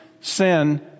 sin